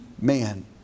man